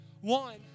One